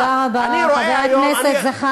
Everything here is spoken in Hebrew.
אני רואה, תודה רבה, חבר הכנסת זחאלקה.